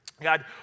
God